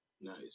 nice